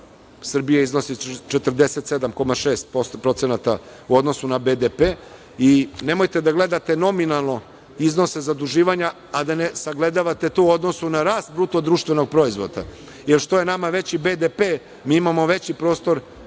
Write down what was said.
Srbije iznosi 47,6% u odnosu na BDP i nemojte da gledate nominalno iznose zaduživanja, a da ne sagledavate to u odnosu na rast BDP-a, jer što je nama veći BDP, mi imamo veći prostor